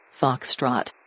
Foxtrot